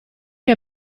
che